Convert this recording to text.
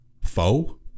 Foe